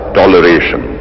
toleration